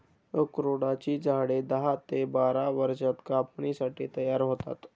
अक्रोडाची झाडे दहा ते बारा वर्षांत कापणीसाठी तयार होतात